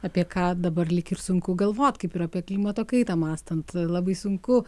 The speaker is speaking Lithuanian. apie ką dabar lyg ir sunku galvot kaip ir apie klimato kaitą mąstant labai sunku